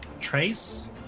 Trace